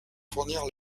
fournir